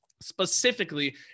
specifically